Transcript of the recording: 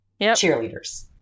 cheerleaders